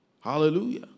Hallelujah